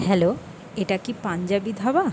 hello এটা কি পাঞ্জাবি ধাবা